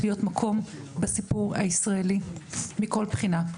להיות מקום בסיפור הישראלי מכל בחינה,